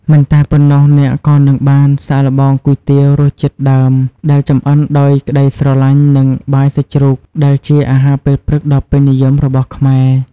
មិនតែប៉ុណ្ណោះ អ្នកក៏នឹងបានសាកល្បង គុយទាវ រសជាតិដើមដែលចម្អិនដោយក្ដីស្រឡាញ់ និង បាយសាច់ជ្រូក ដែលជាអាហារពេលព្រឹកដ៏ពេញនិយមរបស់ខ្មែរ។